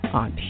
on